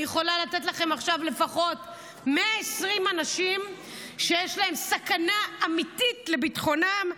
אני יכולה לתת לכם עכשיו לפחות 120 אנשים שיש סכנה אמיתית לביטחונם.